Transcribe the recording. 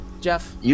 Jeff